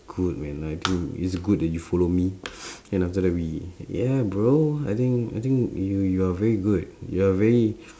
good man I think it's good that you follow me then after that we yeah bro I think I think you you're very good you're very